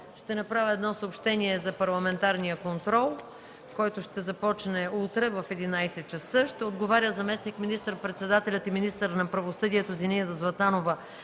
Ще направя съобщение за парламентарния контрол, който ще започне утре в 11,00 ч.: Заместник министър-председателят и министър на правосъдието Зинаида Златанова